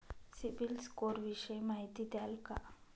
CIBIL score विषयी माहिती द्याल का?